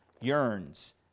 yearns